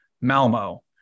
Malmo